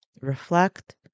reflect